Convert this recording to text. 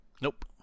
Nope